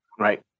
Right